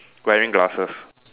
wearing glasses